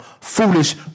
foolish